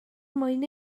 mwyn